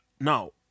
Now